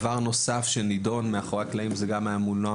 דבר נוסף שנידון מאחורי הקלעים גם מול נעם